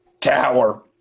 tower